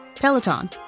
Peloton